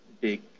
big